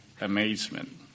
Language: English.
amazement